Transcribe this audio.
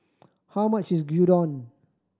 how much is Gyudon